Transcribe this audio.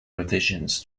revisions